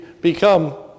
become